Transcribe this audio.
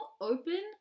open